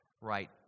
right